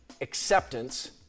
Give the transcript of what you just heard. acceptance